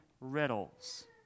riddles